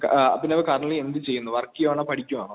Abhinav currently എന്ത് ചെയ്യുന്നു work ചെയ്യുകയാണോ പഠിക്കുകയാണോ